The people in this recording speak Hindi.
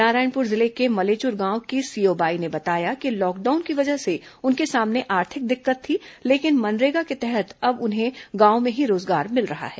नारायणपुर जिले के मलेचुर गांव की सिओ बाई ने बताया कि लॉकडाउन की वजह से उनके सामने आर्थिक दिक्कत थी लेकिन मनरेगा के तहत उन्हें अब गांव में ही रोजगार मिल रहा है